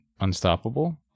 unstoppable